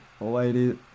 Ladies